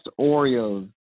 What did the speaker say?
Oreos